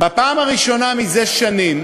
בפעם הראשונה זה שנים